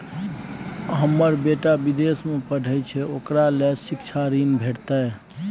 हमर बेटा विदेश में पढै छै ओकरा ले शिक्षा ऋण भेटतै?